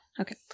Okay